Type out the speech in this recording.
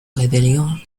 rébellion